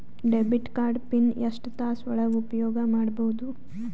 Debit card pin ಎಷ್ಟ ತಾಸ ಒಳಗ ಉಪಯೋಗ ಮಾಡ್ಬಹುದು?